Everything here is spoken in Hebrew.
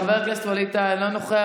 חבר הכנסת ווליד טאהא, אינו נוכח.